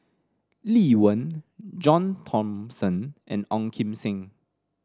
Lee Wen John Thomson and Ong Kim Seng